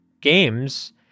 games